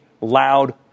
loud